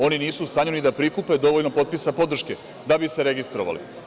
Oni nisu u stanju da prikupe dovoljno potpisa podrške da bi se registrovali.